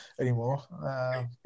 anymore